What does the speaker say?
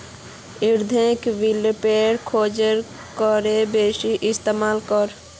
इंधनेर विकल्पेर खोज करे बेसी इस्तेमाल कर